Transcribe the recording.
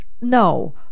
No